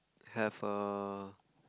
have a